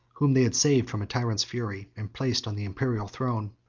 whom they had saved from a tyrant's fury, and placed on the imperial throne.